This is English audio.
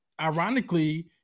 ironically